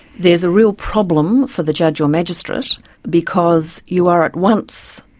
there is a real problem for the judge or magistrate because you are at once,